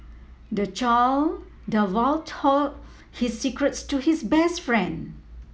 the child divulged all his secrets to his best friend